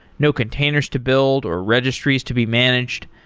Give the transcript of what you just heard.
no containers to build or registries to be managed.